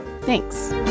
Thanks